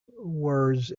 words